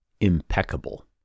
impeccable